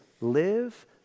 live